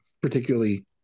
particularly